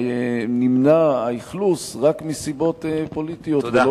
אבל האכלוס נמנע רק מסיבות פוליטיות, ולא